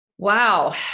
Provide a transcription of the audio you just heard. Wow